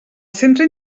centre